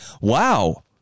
Wow